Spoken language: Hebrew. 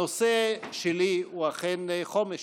הנושא שלי הוא אכן חומש.